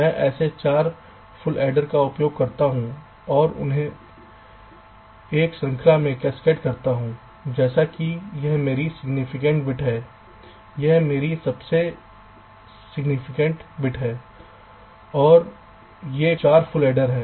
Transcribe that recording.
मैं ऐसे 4 full adder का उपयोग करता हूं और मैं उन्हें एक श्रृंखला में कैस्केड करता हूं जैसे कि यह मेरी significant bit है यह मेरा most significant bit है और ये 4 फुल एडर हैं